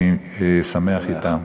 אני שמח אתם.